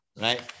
right